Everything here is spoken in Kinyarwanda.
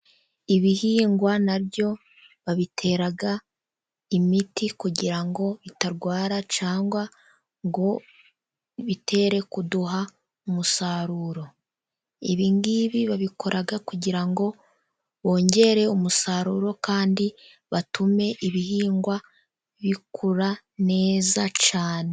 Ibihingwa na byo babitera imiti kugira ngo bitarwara, cyangwa ngo bitere kuduha umusaruro. Ibi ngibi babikora kugira ngo bongere umusaruro, kandi batume ibihingwa bikura neza cyane.